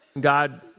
God